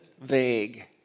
vague